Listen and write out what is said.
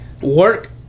work